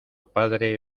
padre